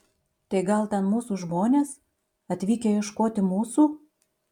tai gal ten mūsų žmonės atvykę ieškoti mūsų